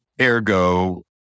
ergo